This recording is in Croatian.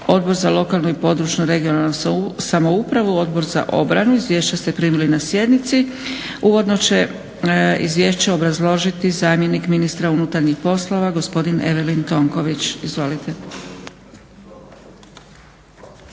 Odbor za lokalnu i područnu (regionalnu) samoupravu, Odbor za obranu. Izvješća ste primili na sjednici. Uvodno će izvješće obrazložiti zamjenik ministra unutarnjih poslova gospodin Evelin Tonković. Izvolite.